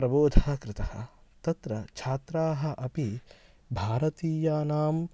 प्रबोधः कृतः तत्र छात्राः अपि भारतीयानां